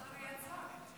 השר יצא.